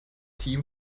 team